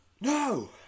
No